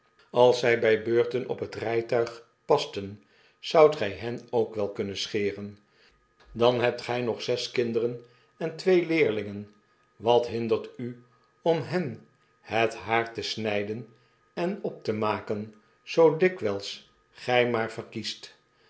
alszy by beurten op het rytuig pasten zoudtgy henook wel kunnen scheren dan hebt gy nog zes kipderen en twee leerlingen wat hindert u om hen het haar te snyden en op te maken zoo dikwyls gij maar verkiest